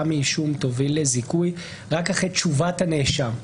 מאישום תוביל לזיכוי רק אחרי תשובת הנאשם.